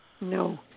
No